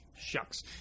shucks